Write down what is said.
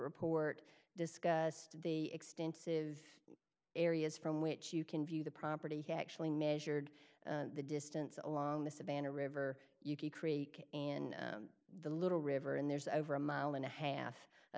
report discussed the extensive areas from which you can view the property he actually measured the distance along the savannah river uki creek and the little river and there's over a mile and a half a